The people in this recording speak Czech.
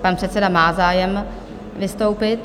Pan předseda má zájem vystoupit.